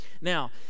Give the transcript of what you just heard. Now